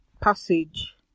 passage